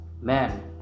Man